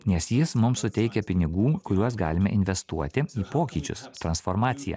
nes jis mums suteikia pinigų kuriuos galime investuoti į pokyčius transformaciją